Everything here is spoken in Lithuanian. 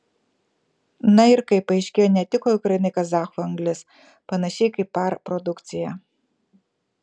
na ir kaip paaiškėjo netiko ukrainai kazachų anglis panašiai kaip par produkcija